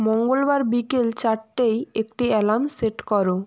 মঙ্গলবার বিকেল চারটেয় একটি অ্যালার্ম সেট করো